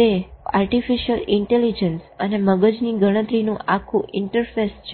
તે artificial intelligence અને મગજની ગણતરીનું આખું ઇન્ટરફેસ છે